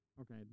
Okay